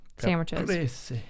sandwiches